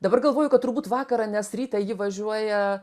dabar galvoju kad turbūt vakarą nes rytą ji važiuoja